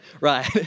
Right